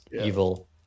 evil